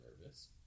nervous